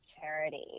charity